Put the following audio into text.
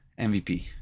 MVP